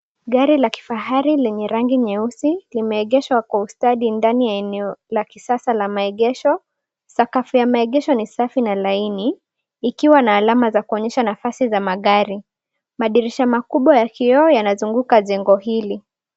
Gari la kifahari lenye rangi nyeusi limeegeshwa kwa ustadi ndani la eneo la kisasa la maegesho. Sakafu ya maegesho ni safi na laini likiwa na alama za kuonyesha nafasi za magari. Madirisha makubwa ya kioo yanazunguka jengo hili.